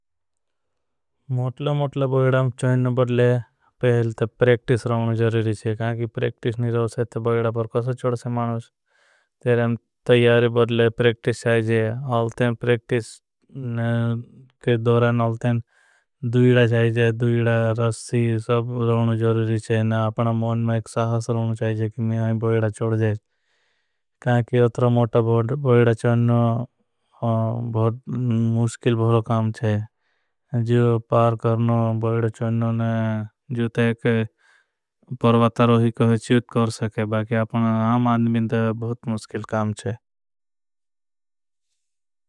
मोटलों बाइडां चोईनने बढले पहले तो प्रेक्टिस रहना ज़रूरी छे। प्रेक्टिस नहीं रहो से तो बाइडा पर कौसों चोड़से मानूस तयारी। बढले प्रेक्टिस रहना ज़रूरी छे प्रेक्टिस के। दोरें अलतें दूईडा रसी रहना ज़रूरी छे मौन में एक सहस रहना। ज़रूरी छे कि मैं आईं बाइडा चोड़ जाए अतरा मोटा बाइडा। चोड़ना बहुत मुश्किल काम छे पार करना। बाइडा चोड़ना जियोंते एक परवातरोही कोई चूट कर सके। आमान में बहुत मुश्किल काम छे।